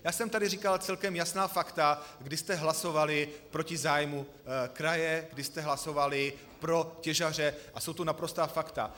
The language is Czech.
Já jsem tady říkal celkem jasná fakta, kdy jste hlasovali proti zájmu kraje, kdy jste hlasovali pro těžaře, a jsou to naprostá fakta.